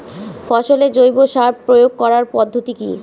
ফসলে জৈব সার প্রয়োগ করার পদ্ধতি কি?